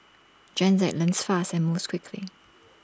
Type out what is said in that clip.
Gen Z learns fast and moves quickly